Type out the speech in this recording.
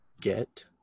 get